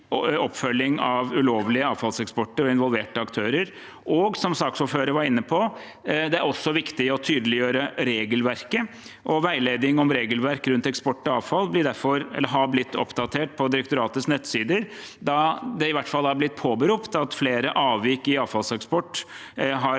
oppfølging av ulovlige avfallseksporter og involverte aktører, og som saksordføreren var inne på, er det også viktig å tydeliggjøre regelverket. Veiledning om regelverk rundt eksport av avfall er derfor blitt oppdatert på direktoratets nettsider, da det i hvert fall er blitt påberopt at flere avvik i avfallseksport har